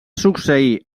succeir